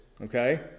okay